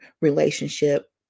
relationship